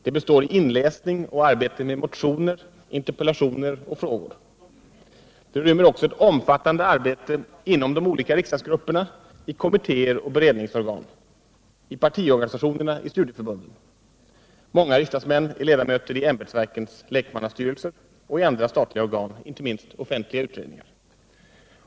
Det består i inläsning och arbete med motioner, interpellationer och frågor. Det rymmer också ett omfattande arbete inom de olika riksdagsgrupperna, i kommittéer och beredningsorgan, i partiorganisationerna och i studieförbunden. Många riksdagsmän är ledamöter i ämbetsverkens lekmannastyrelser och i andra statliga organ, inte minst offentliga utredningar.